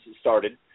started